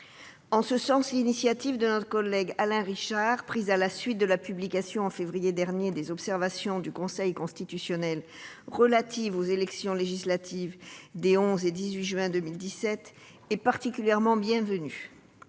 En ce sens, l'initiative de notre collègue Alain Richard, prise à la suite de la publication, en février dernier, des observations du Conseil constitutionnel relatives aux élections législatives des 11 et 18 juin 2017, est particulièrement bienvenue.